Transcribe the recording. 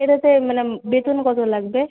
এটাতে মানে বেতন কত লাগবে